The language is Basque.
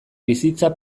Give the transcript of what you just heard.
bizitza